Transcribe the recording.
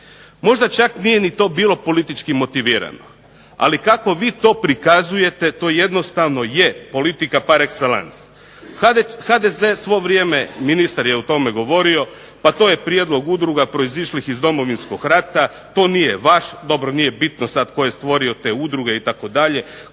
Možda čak nije ni to bilo politički motivirano, ali kako vi to prikazujete to jednostavno je politika par exellance. HDZ svo vrijeme, ministar je o tome govorio, pa to je prijedlog udruga proizišlih iz Domovinskog rata, to nije vaš, dobro nije bitno sad tko je stvorio te udruge itd.,